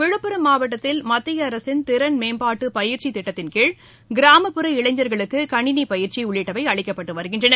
விழுப்புரம் மாவட்டத்தில் மத்திய அரசின் திறன் மேம்பாட்டு பயிற்சித் திட்டத்தின்கீழ் கிராமப்புற இளைஞர்களுக்கு கணினி பயிற்சி உள்ளிட்டவை அளிக்கப்பட்டு வருகிறது